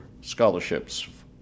scholarships